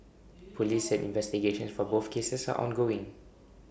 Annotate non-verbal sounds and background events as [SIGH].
[NOISE] Police said investigations for both cases are ongoing